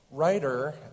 Writer